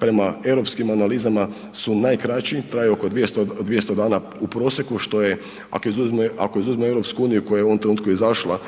prema europskim analizama su najkraći, traju oko 200, 200 dana u prosjeku, što je, ako izuzme, ako izuzme EU koja je u ovom trenutku izašla,